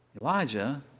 Elijah